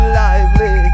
lively